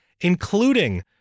including